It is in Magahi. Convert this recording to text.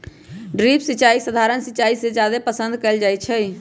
ड्रिप सिंचाई सधारण सिंचाई से जादे पसंद कएल जाई छई